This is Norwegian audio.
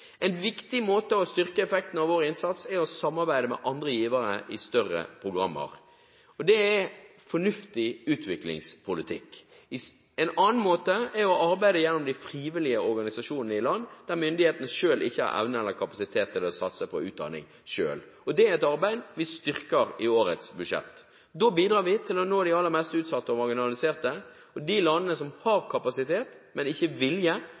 En viktig måte å styrke effekten av vår innsats på er å samarbeide med andre givere i større programmer. Det er fornuftig utviklingspolitikk. En annen måte er å arbeide gjennom de frivillige organisasjonene i land der myndighetene selv ikke har evne eller kapasitet til å satse på utdanning. Det er et arbeid vi styrker i årets budsjett. Da bidrar vi til å nå de aller mest utsatte og marginaliserte, og de landene som har kapasitet, men ikke